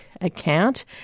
account